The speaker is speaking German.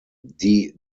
die